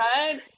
Right